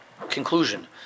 Conclusion